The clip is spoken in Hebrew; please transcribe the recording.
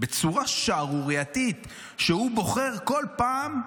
בצורה שערורייתית שהוא בוחר כל פעם,